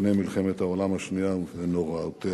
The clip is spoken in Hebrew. לפני מלחמת העולם השנייה ונוראותיה.